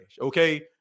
okay